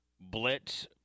Blitz